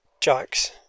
jokes